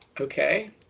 Okay